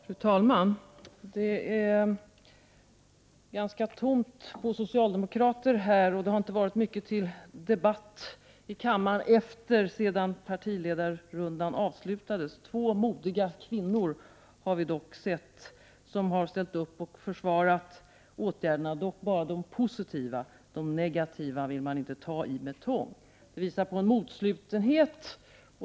Fru talman! Det är ganska tomt på socialdemokrater här. Det har inte varit mycket till debatt i kammaren sedan partiledarrundan avslutades. Två modiga kvinnor har vi sett ställa upp och försvara åtgärderna, dock bara de positiva. De negativa vill man inte ta i med tång. Det visar på en modstulenhet.